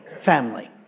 family